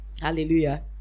Hallelujah